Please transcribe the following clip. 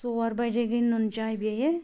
ژور بجے گٔے نُن چاے بیٚیہِ